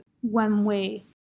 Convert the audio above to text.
one-way